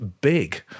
Big